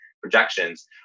projections